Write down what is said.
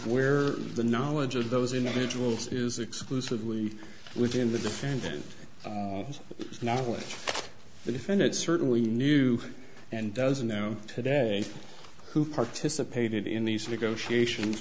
where the knowledge of those individuals is exclusively within the defendant is not what the defendant certainly knew and doesn't know today who participated in these negotiations